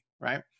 right